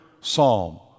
Psalm